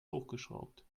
hochgeschraubt